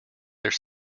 there